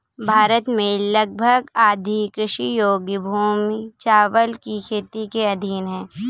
भारत में लगभग आधी कृषि योग्य भूमि चावल की खेती के अधीन है